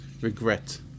regret